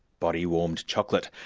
body warmed chocolate